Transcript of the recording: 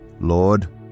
Lord